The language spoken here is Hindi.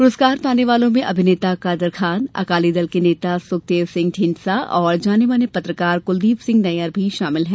पुरस्कार पाने वालों में अभिनेता कादर खान अकाली दल नेता सुखदेव सिंह ढीढ़ंसा और जानेमाने पत्रकार कुलदीप सिंह नय्यर भी शामिल हैं